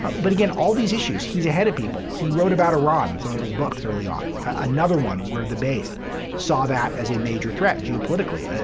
but but again, all these issues, he's ahead of people. he wrote about iran in some of his books early on, another one where the base saw that as a major threat geopolitically. ah